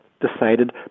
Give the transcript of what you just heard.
decided